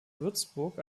würzburg